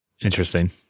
Interesting